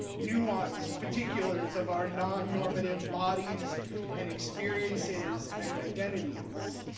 nuanced particulars of our non-normative bodies and experiences and identities,